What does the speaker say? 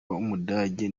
w’umudage